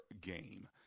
game